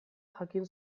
jakin